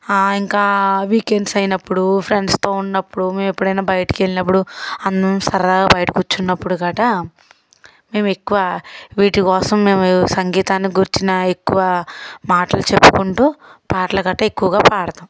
ఇంకా వీక్ఎండ్స్ అయినప్పుడు ఫ్రెండ్స్తో ఉన్నప్పుడు ఎప్పుడైనా బయటికి వెళ్ళినప్పుడు అందరం సరదాగా బయట కూర్చున్నప్పుడు గట్టా మేము ఎక్కువ వీటి కోసం మేము సంగీతాన్ని గూర్చి ఎక్కువ మాటలు చెప్పుకుంటు పాటలు గట్ట ఎక్కువగా పాడతాం